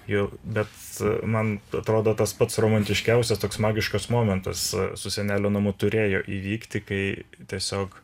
jog bet man atrodo tas pats romantiškiausias toks magiškas momentas su senelio namu turėjo įvykti kai tiesiog